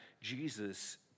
Jesus